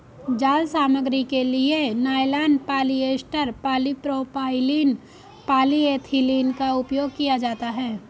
जाल सामग्री के लिए नायलॉन, पॉलिएस्टर, पॉलीप्रोपाइलीन, पॉलीएथिलीन का उपयोग किया जाता है